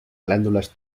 glándulas